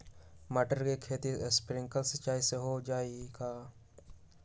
मटर के खेती स्प्रिंकलर सिंचाई से हो जाई का?